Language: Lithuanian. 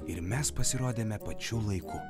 ir mes pasirodėme pačiu laiku